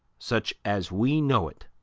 such as we know it,